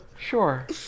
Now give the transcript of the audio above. Sure